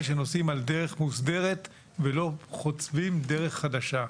שנוסעים על דרך מוסדרת ולא חוצבים דרך חדשה.